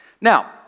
now